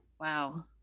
Wow